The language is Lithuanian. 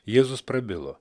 jėzus prabilo